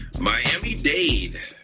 Miami-Dade